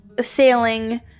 sailing